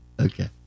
Okay